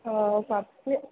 ആ സത്യം